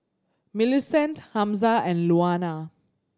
Millicent Hamza and Louanna